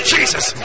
Jesus